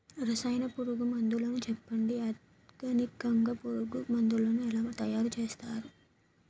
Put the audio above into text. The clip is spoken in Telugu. రసాయన పురుగు మందులు చెప్పండి? ఆర్గనికంగ పురుగు మందులను ఎలా తయారు చేయాలి?